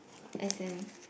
as in